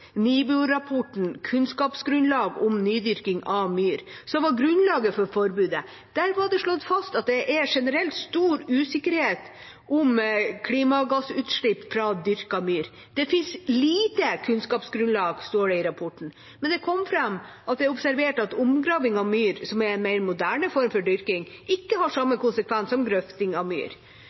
om nydyrking av myr», som var grunnlaget for forbudet. Der ble det slått fast at det generelt er stor usikkerhet om klimagassutslipp fra dyrket myr. Det finnes lite kunnskapsgrunnlag, står det i rapporten. Men det kom fram at det er observert at omgraving av myr, som er en mer moderne form for dyrking, ikke har samme konsekvens som grøfting av myr.